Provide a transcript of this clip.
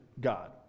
God